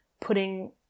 putting